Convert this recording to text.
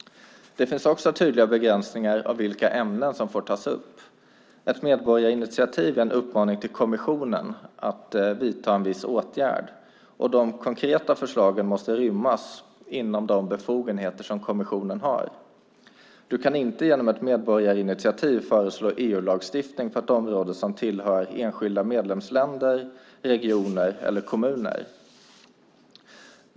Det finns också tydliga begränsningar av vilka ämnen som får tas upp. Ett medborgarinitiativ är en uppmaning till kommissionen att vidta en viss åtgärd, och de konkreta förslagen måste rymmas inom de befogenheter som kommissionen har. Du kan inte genom ett medborgarinitiativ föreslå EU-lagstiftning på ett område som tillhör enskilda medlemsländer, regioner eller kommuner.